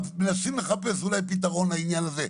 ומנסים לחפש אולי פתרון לעניין הזה,